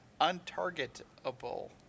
untargetable